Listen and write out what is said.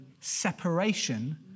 separation